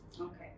Okay